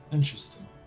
Interesting